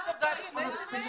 את השירות